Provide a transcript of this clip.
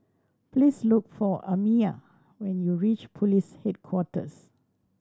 please look for Amya when you reach Police Headquarters